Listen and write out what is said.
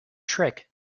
trick